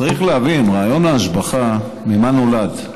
צריך להבין: רעיון ההשבחה, ממה הוא נולד?